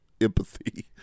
empathy